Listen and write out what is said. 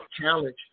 challenge